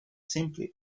simply